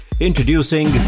Introducing